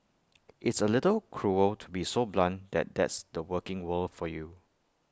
it's A little cruel to be so blunt that that's the working world for you